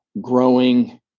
growing